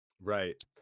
Right